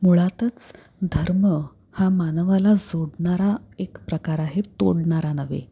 मुळातच धर्म हा मानवाला जोडणारा एक प्रकार आहे तोडणारा नव्हे